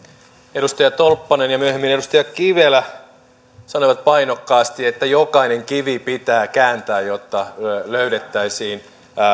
edustaja tolppanen ja myöhemmin edustaja kivelä sanoivat painokkaasti että jokainen kivi pitää kääntää jotta löydettäisiin